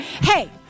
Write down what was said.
hey